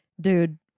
dude